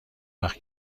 وقت